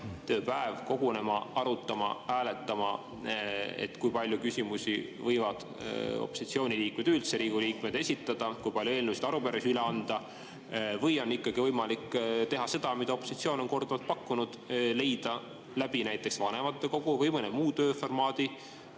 tööpäev kogunema, arutama, hääletama, kui palju küsimusi võivad opositsiooni liikmed, üldse Riigikogu liikmed esitada, kui palju eelnõusid ja arupärimisi üle anda? Või on ikkagi võimalik teha seda, mida opositsioon on korduvalt pakkunud: leida näiteks vanematekogus või mõne muu tööformaadi